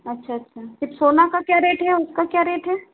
अच्छा अच्छा चिप्सोना का क्या रेट है और उसका क्या रेट है